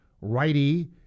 righty